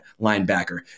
linebacker